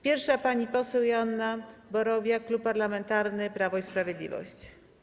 Pierwsza - pani poseł Joanna Borowiak, Klub Parlamentarny Prawo i Sprawiedliwość.